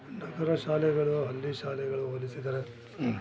ನಗರ ಶಾಲೆಗಳು ಹಳ್ಳಿ ಶಾಲೆಗಳು ಹೋಲಿಸಿದರೆ